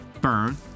burn